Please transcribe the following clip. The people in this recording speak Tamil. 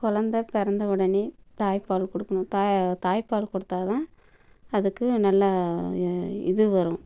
குலந்த பிறந்த உடனே தாய்ப்பால் கொடுக்கணும் தா தாய்ப்பால் கொடுத்தா தான் அதுக்கு நல்லா இது வரும்